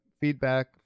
feedback